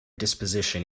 disposition